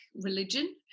religion